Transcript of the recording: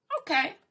Okay